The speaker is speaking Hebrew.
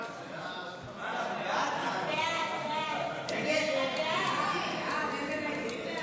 ההצעה להעביר את הצעת חוק אמנת הבנק